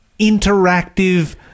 interactive